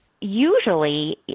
usually